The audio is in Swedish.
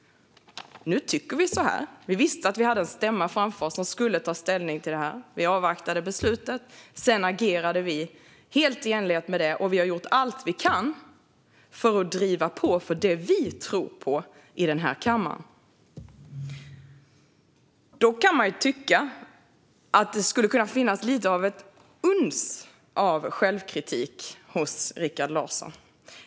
Nu tycker vi så här. Vi visste att vi hade en stämma framför oss, där vi skulle ta ställning till detta. Vi inväntade beslutet och agerade sedan helt i enlighet med det, och vi har gjort allt vi kan för att driva på i denna kammare för det vi tror på. Dock kan man tycka att det skulle kunna finnas ett uns av självkritik hos Rikard Larsson.